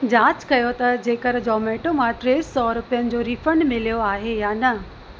जांच कयो त जेकर जोमेटो मां टे सौ रुपियनि जो रीफंड मिलियो आहे या न